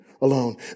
alone